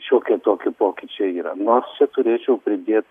šiokie tokie pokyčiai yra nors čia turėčiau pridėt